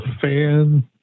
fan